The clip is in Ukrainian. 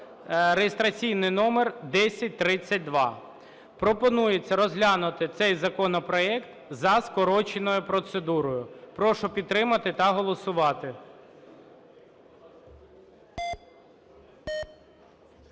(реєстраційний номер 1032). Пропонується розглянути цей законопроект за скороченою процедурою. Прошу підтримати та голосувати.